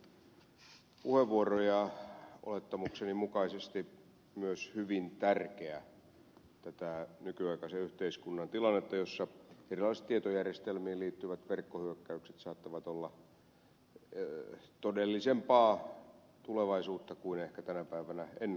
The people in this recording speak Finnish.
kasvin puheenvuoro ja olettamukseni mukaisesti myös hyvin tärkeä tässä nykyaikaisen yhteiskunnan tilanteessa jossa erilaiset tietojärjestelmiin liittyvät verkkohyökkäykset saattavat olla todellisempaa tulevaisuutta kuin ehkä tänä päivänä ennakoimmekaan